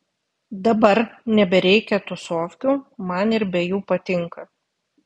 dabar nebereikia tūsovkių man ir be jų patinka